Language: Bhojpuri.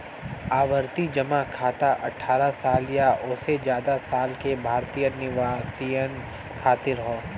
आवर्ती जमा खाता अठ्ठारह साल या ओसे जादा साल के भारतीय निवासियन खातिर हौ